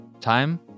time